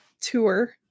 tour